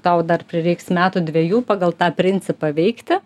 tau dar prireiks metų dviejų pagal tą principą veikti